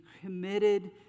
committed